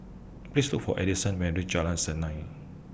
Please Look For Addison when YOU REACH Jalan Senang